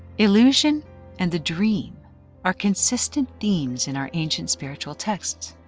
illusion and the dream are consistent themes in our ancient spiritual texts.